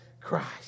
Christ